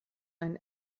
ein